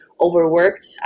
overworked